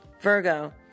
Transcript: Virgo